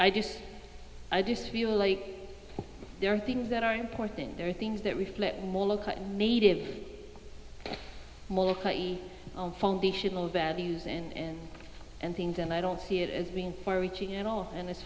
i just i just feel like there are things that are important there are things that we flip native more bad news in and things and i don't see it as being far reaching at all and as